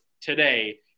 today